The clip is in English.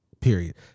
Period